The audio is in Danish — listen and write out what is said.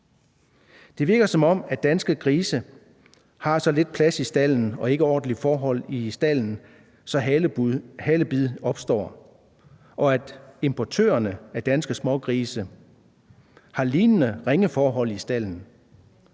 Det virker, som om danske grise har så lidt plads i stalden og ikke ordentlige forhold i stalden, at halebid opstår, og importørerne af danske smågrise har lignende ringe forhold i stalden